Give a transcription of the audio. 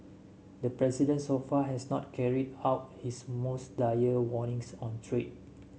the president so far has not carried out his most dire warnings on trade